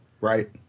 Right